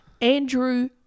Andrew